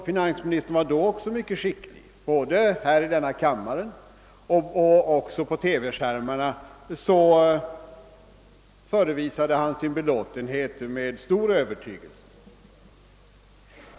Finansministern var då också mycket skicklig; både i denna kammare och på TV-skärmarna förevisade han sin belåtenhet med stor övertygelse.